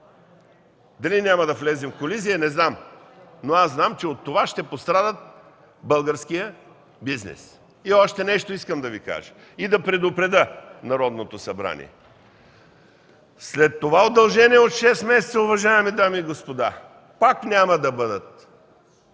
Дали няма да влезем в колизия – не знам. Но знам, че от това ще пострада българският бизнес! Искам да Ви кажа и още нещо и да предупредя Народното събрание – след това удължение от шест месеца, уважаеми дами и господа, пак няма да бъдат